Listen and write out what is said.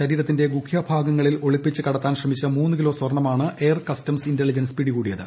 ശരീരത്തിന്റെ ഗുഹൃഭാഗങ്ങളിൽ ഒളിപ്പിച്ച് കടത്താൻ ശ്രമിച്ച മൂന്നു കിലോ സ്വർണമാണ് എയർ കസ്റ്റംസ് ഇന്റലിജൻസ് പിടികൂടിയത്